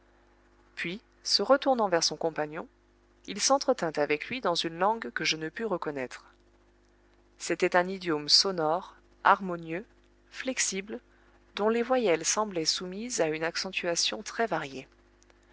puis se retournant vers son compagnon il s'entretint avec lui dans une langue que je ne pus reconnaître c'était un idiome sonore harmonieux flexible dont les voyelles semblaient soumises à une accentuation très variée